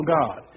God